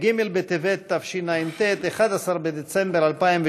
ג' בטבת התשע"ט (11 בדצמבר 2018)